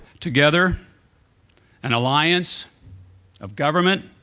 together an alliance of government,